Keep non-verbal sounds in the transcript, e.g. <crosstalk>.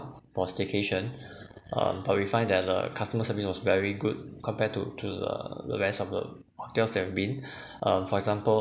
for staycation um but we find that the customer service was very good compared to to the rest of the hotels that I've been <breath> um for example